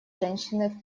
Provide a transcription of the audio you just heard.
женщины